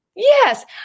Yes